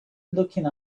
looking